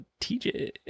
TJ